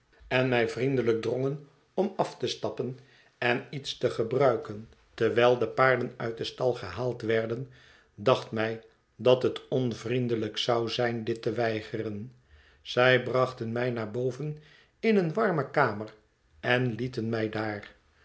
en mij vriendelijk drongen om af te stappen en iets te gebruiken terwijl de paarden uit den stal gehaald werden dacht mij dat het onvriendelijk zou zijn dit te weigeren zij brachten mij naar boven in eene warme kamer en lieten mij daar